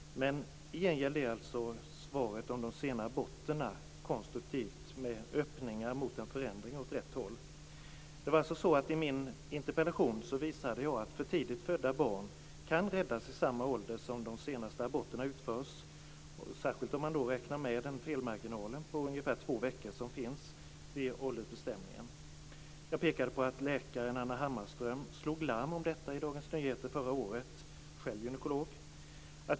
I gengäld är alltså svaret om de sena aborterna konstruktivt med öppningar mot en förändring åt rätt håll. I min interpellation visade jag att för tidigt födda barn kan räddas i samma ålder som de senaste aborterna utförs, särskilt om man räknar med en felmarginal på ungefär två veckor vid åldersbestämningen. Jag pekade på att läkaren Anna Hammarström slog larm om detta i Dagens Nyheter förra året. Hon är själv gynekolog.